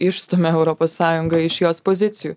išstumia europos sąjungą iš jos pozicijų